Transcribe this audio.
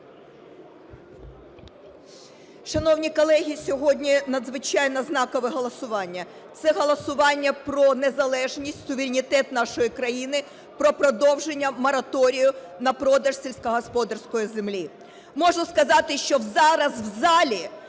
Шановні колеги, сьогодні надзвичайно знакове голосування. Це голосування про незалежність, суверенітет нашої країни, про продовження мораторію на продаж сільськогосподарської землі. Можу сказати, що зараз в залі